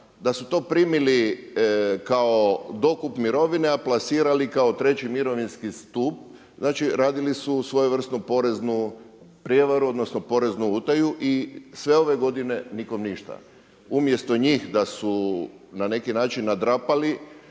da su to primili kao dokup mirovine, a plasirali kao treći mirovinski stup, znači radili su svojevrsnu poreznu prijevaru, odnosno poreznu utaju i sve ove godine nikom ništa. Umjesto njih da su na neki način nadrapali,